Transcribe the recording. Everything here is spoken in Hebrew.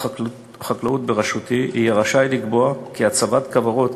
החקלאות בראשותי יהיה רשאי לקבוע כי הצבת כוורות